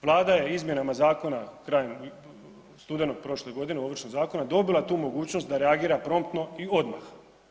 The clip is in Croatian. Vlada je izmjenama zakona, krajem studenog prošle godine, Ovršnog zakona, dobila tu mogućnost da reagira promptno i odmah.